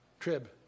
trib